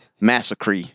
Massacre